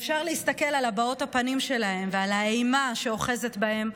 אפשר להסתכל על הבעות הפנים שלהן ועל האימה שאוחזת בהן,